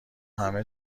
همه